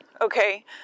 Okay